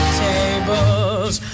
tables